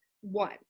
one